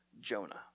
Jonah